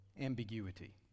ambiguity